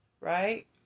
Right